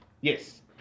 Yes